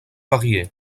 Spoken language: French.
varié